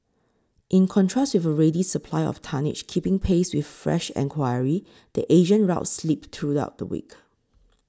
in contrast with a ready supply of tonnage keeping pace with fresh enquiry the Asian routes slipped throughout the week